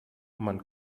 man